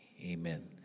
Amen